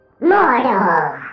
Mortal